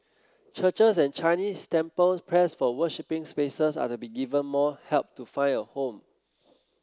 churches and Chinese temples pressed for worshipping spaces are to be given more help to find a home